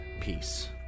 Peace